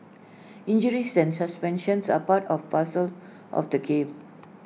injuries centre suspensions are part of parcel of the game